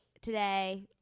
today